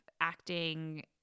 acting